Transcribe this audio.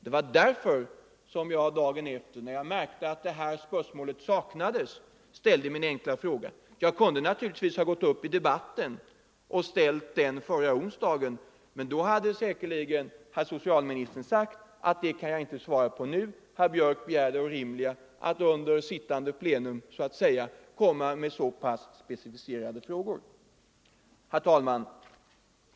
Det var därför som jag efteråt — när jag märkte att det här säkringen spörsmålet saknades — ställde min enkla fråga. Jag kunde naturligtvis ha gått upp i debatten förra onsdagen och ställt samma fråga. Men då hade säkerligen herr socialministern sagt: Det kan jag inte svara på nu. Herr Björck begär det orimliga när han under pågående plenum kommer med så pass specificerade frågor. Herr talman!